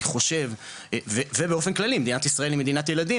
אני חושב ובאופן כללי מדינת ישראל היא מדינת ילדים,